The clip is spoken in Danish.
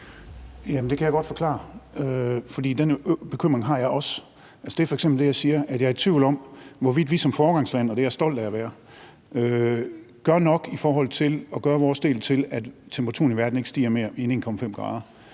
det kan jeg godt forklare, for den bekymring har jeg også. Altså, det handler f.eks., som jeg sagde, om det med, at jeg er i tvivl om, hvorvidt vi som foregangsland – og det er jeg stolt af at vi er – gør nok i forhold til at gøre vores til, at temperaturen i verden ikke stiger med mere end 1,5 grader.